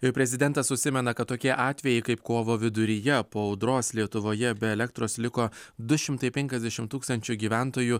ir prezidentas užsimena kad tokie atvejai kaip kovo viduryje po audros lietuvoje be elektros liko du šimtai penkiasdešimt tūkstančių gyventojų